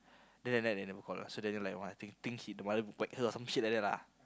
then that night they never call ah then Daniel think think the mother whack her or some shit like that lah